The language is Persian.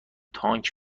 تانک